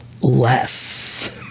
less